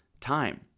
time